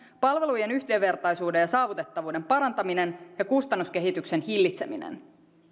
palvelujen yhdenvertaisuuden ja saavutettavuuden parantaminen ja kustannuskehityksen hillitseminen